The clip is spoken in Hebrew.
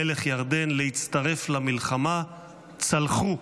מלך ירדן, להצטרף למלחמה צלחו.